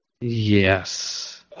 Yes